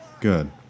Good